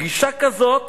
"גישה כזאת